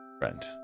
friend